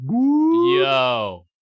Yo